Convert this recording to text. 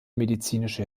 medizinische